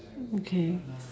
okay